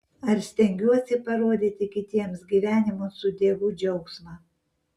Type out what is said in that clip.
ar stengiuosi parodyti kitiems gyvenimo su dievu džiaugsmą